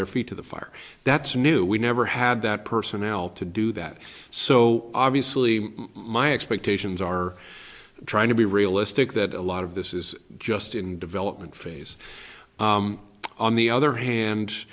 their feet to the fire that's new we never had that personnel to do that so obviously my expectations are trying to be realistic that a lot of this is just in development phase on the other hand